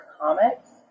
comics